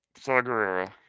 Sagarera